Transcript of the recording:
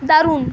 দারুন